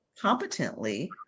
competently